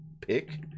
pick